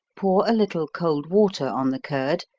pour a little cold water on the curd,